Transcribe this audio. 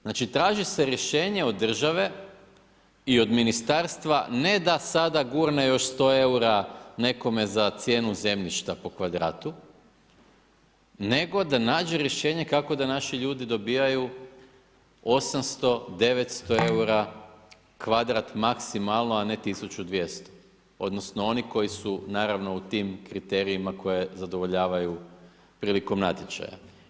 Znači traži se rješenje od države i od ministarstva ne da sada gurne još 100 eura nekome za cijenu zemljišta po kvadratu nego da nađe rješenje kako da naši ljudi dobivaju 800, 900 eura kvadrat maksimalno a ne 1200, odnosno oni koji su u tim kriterijima koje zadovoljavaju prilikom natječaja.